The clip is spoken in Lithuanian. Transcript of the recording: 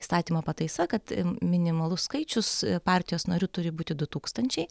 įstatymo pataisa kad minimalus skaičius partijos narių turi būti du tūkstančiai